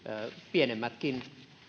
pienemmätkin